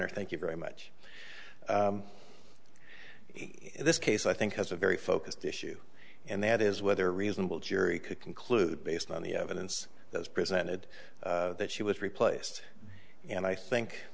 or thank you very much in this case i think has a very focused issue and that is whether reasonable jury could conclude based on the evidence that was presented that she was replaced and i think